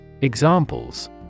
Examples